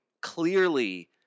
clearly